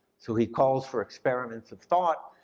so he calls for experiments of thought,